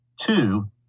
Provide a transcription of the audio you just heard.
Two